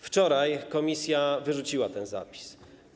Wczoraj komisja wyrzuciła ten zapis.